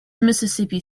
mississippi